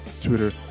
twitter